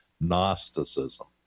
Gnosticism